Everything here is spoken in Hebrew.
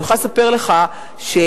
אני יכולה לספר לך שפעילות,